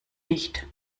nicht